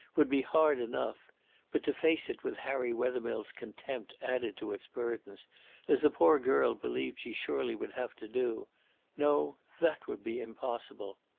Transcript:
would be hard enough but to face it with harry wethermill's contempt added to its burdens as the poor girl believed she surely would have to do no, that would be impossible!